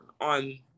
on